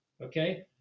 okay